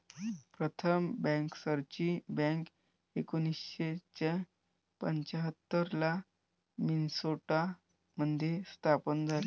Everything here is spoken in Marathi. प्रथम बँकर्सची बँक एकोणीसशे पंच्याहत्तर ला मिन्सोटा मध्ये स्थापन झाली